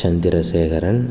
Chandrasekaran